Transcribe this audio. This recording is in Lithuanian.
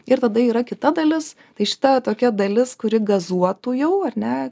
ir tada yra kita dalis tai šita tokia dalis kuri gazuotų jau ar ne